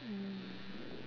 mm